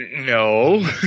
No